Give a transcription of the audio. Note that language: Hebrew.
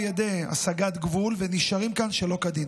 ידי הסגת גבול ונשארים כאן שלא כדין.